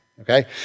okay